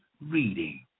reading